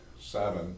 Seven